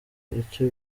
icyo